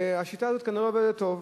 והשיטה הזאת כנראה עובדת טוב.